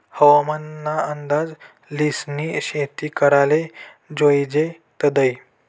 हवामान ना अंदाज ल्हिसनी शेती कराले जोयजे तदय